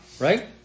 Right